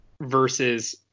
versus